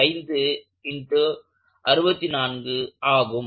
25 x 64 ஆகும்